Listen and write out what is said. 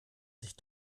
sich